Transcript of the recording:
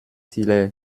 hilaire